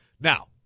Now